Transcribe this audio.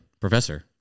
Professor